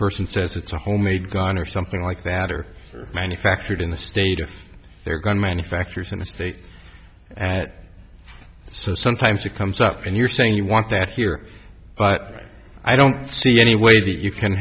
person says it's a homemade gun or something like that or are manufactured in the state of their gun manufacturers in the state at some times it comes up and you're saying you want that here but i don't see any way that you can